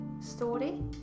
story